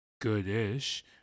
good-ish